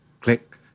click